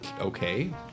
okay